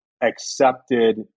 accepted